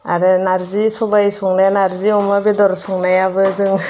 आरो नारजि सबाय संनायाव नारजि अमा बेदर संनायाबो जों